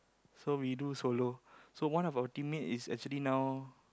so we do solo so one of our teammates is actually now